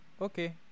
okay